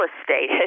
estate